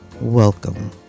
welcome